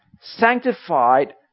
sanctified